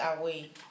away